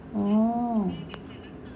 oh